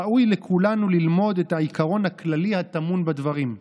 ראוי לכולנו ללמוד את העיקרון הכללי הטמון בדברים.